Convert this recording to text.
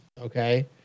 okay